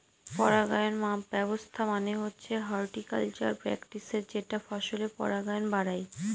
পরাগায়ন ব্যবস্থা মানে হচ্ছে হর্টিকালচারাল প্র্যাকটিসের যেটা ফসলের পরাগায়ন বাড়ায়